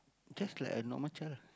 just like a normal child